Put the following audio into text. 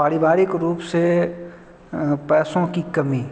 पारिवारिक रूप से पैसों की कमी